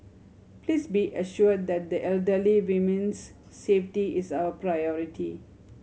please be assured that the elderly women's safety is our priority